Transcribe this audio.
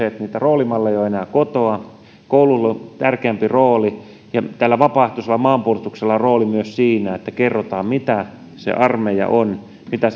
niitä roolimalleja ei ole enää kotona koululla on tärkeämpi rooli joten tällä vapaaehtoisella maanpuolustuksella on rooli myös siinä että kerrotaan mitä se armeija on mitä